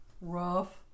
rough